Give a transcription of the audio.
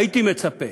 הייתי מצפה